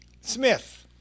Smith